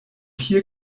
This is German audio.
hier